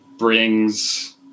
brings